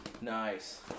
Nice